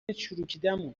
چروکیدهمان